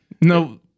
no